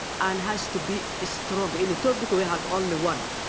and has to be strong. and typically have only one